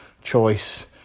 choice